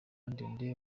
ndende